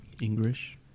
English